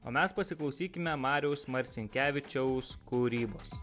o mes pasiklausykime mariaus marcinkevičiaus kūrybos